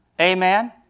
Amen